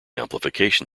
amplification